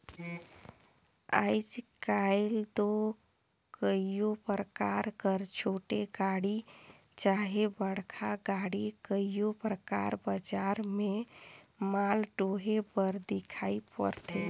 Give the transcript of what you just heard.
आएज काएल दो कइयो परकार कर छोटे गाड़ी चहे बड़खा गाड़ी कइयो परकार बजार में माल डोहे बर दिखई परथे